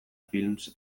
films